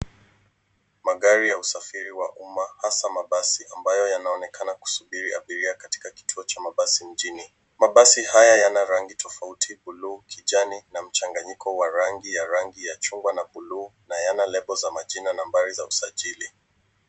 Magari ya usafiri wa umma hasa mabasi ambayo yanaonekana kusubiri abiria katika kituo cha mabasi mjini. Mabasi haya yana rangi tofauti, bluu, kijani na mchanganyiko wa rangi ya ya rangi ya chungwa na buluu na yana lebo za majina nambari za usajili.